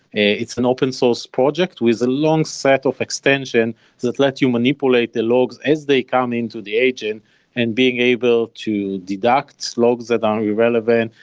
it's an open source project with a long set of extension that lets you manipulate the logs as they come into the agent and being able to deduct logs that um are irrelevant,